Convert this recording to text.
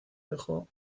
dejó